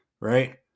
right